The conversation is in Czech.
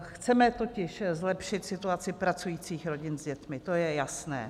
Chceme totiž zlepšit situaci pracujících rodin s dětmi, to je jasné.